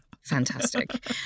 fantastic